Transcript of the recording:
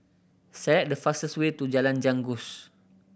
select the fastest way to Jalan Janggus